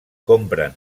compren